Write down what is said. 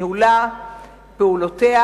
ניהולה ופעולותיה,